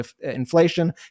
inflation